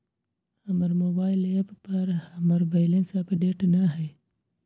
हमर mobile app पर हमर बैलेंस अपडेट न हई